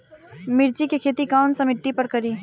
मिर्ची के खेती कौन सा मिट्टी पर करी?